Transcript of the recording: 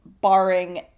barring